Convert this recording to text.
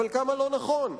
אבל כמה לא נכון.